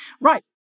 Right